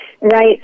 Right